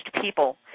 people